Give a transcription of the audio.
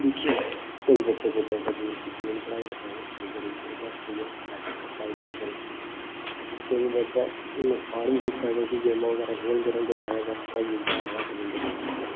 दिक्खियै केईं बच्चे केड्डै केड्डै दूर पुज्जी गे न पढ़ाई करी करी एह्दे उप्पर गै नेट उप्पर पढ़ाई करी करी लेकिन केईं बच्चें नुकसान बी कीता क्योंकि गेमां बगैरा खेलदे रौंह्दे ज्यादातर पढ़ाइया गी ध्यान घट्ट दिंदे फोनै पर